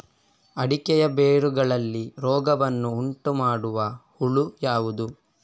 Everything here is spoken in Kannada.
ಅಡಿಕೆಯ ಬೇರುಗಳಲ್ಲಿ ರೋಗವನ್ನು ಉಂಟುಮಾಡುವ ಹುಳು ಯಾವುದು?